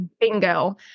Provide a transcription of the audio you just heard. bingo